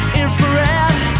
infrared